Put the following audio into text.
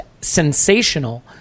sensational